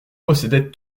possédaient